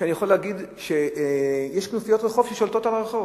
ואני יכול להגיד שיש כנופיות רחוב ששולטות על הרחוב.